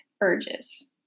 urges